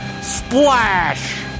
splash